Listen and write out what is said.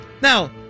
Now